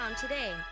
today